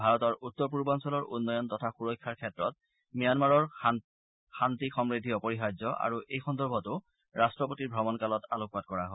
ভাৰতৰ উত্তৰ পূৰ্বাঞ্চলৰ উন্নয়ন তথা সুৰক্ষাৰ ক্ষেত্ৰত ম্যানমাৰৰ শান্তি সমূদ্ধি অপৰিহাৰ্য আৰু এই সন্দৰ্ভতো ৰাট্টপতিৰ ভ্ৰমণকালত আলোকপাত কৰা হয়